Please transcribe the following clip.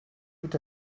tout